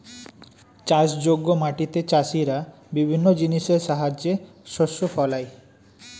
চাষযোগ্য মাটিতে চাষীরা বিভিন্ন জিনিসের সাহায্যে শস্য ফলায়